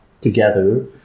together